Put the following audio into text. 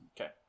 Okay